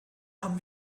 haben